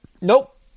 Nope